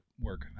work